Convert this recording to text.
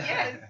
Yes